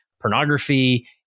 pornography